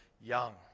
Young